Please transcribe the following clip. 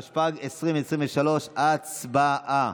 שעה), התשפ"ג 2023, הצבעה.